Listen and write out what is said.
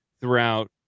throughout